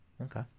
Okay